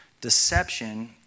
Deception